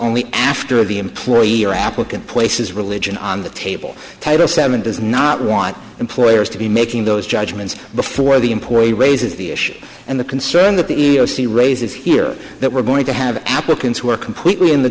only after the employee or applicant places religion on the table title seven does not want employers to be making those judgments before the employee raises the issue and the concern that the e e o c raises here that we're going to have applicants who are completely in the